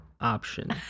option